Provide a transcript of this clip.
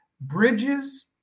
Bridges